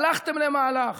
הלכתם למהלך,